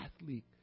athlete